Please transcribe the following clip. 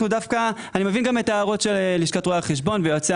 אני מבין את ההערות של לשכת רואי החשבון ויועצי